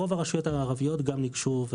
רוב הרשויות הערביות גם ניגשו,